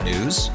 News